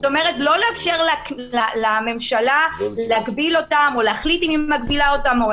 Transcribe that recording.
זאת אומרת לא לאפשר לממשלה להגביל אותם או להחליט אם היא מגבילה אותם.